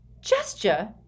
Gesture